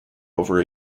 over